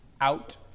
out